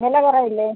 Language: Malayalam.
വില കുറവ് ഇല്ലേ